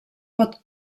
pot